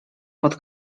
pod